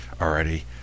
already